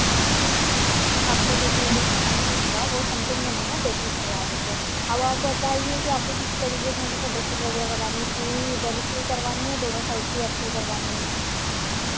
आपको जैसे जो पेमेंट रहेगा वो समथिंग बनेगा पैंतीस हज़ार रुपये अब आप बताइए कि आपको किस तरीके से मतलब फ़ोटो शूट वगैरह करवानी है पूरी इधर से ही करवानी है या दोनों साइड की आपको ही करवानी है